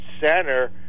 center